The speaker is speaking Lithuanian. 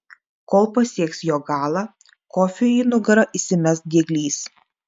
kol pasieks jo galą kofiui į nugarą įsimes dieglys